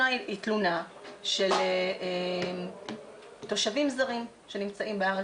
תלונה של תושבים זרים שנמצאים בארץ,